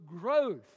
growth